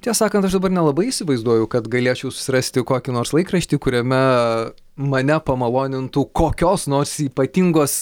tiesą sakant aš dabar nelabai įsivaizduoju kad galėčiau susirasti kokį nors laikraštį kuriame mane pamalonintų kokios nors ypatingos